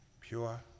Pure